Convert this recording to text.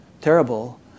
terrible